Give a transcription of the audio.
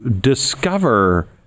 discover